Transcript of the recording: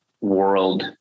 world